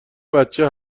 بچه